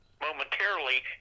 momentarily